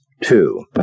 Two